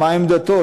מה עמדתו?